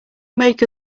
make